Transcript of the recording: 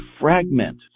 fragment